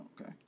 okay